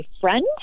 friend